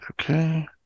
okay